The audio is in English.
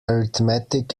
arithmetic